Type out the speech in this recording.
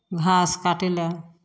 घास काटय लए